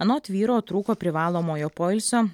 anot vyro trūko privalomojo poilsio